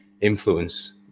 influence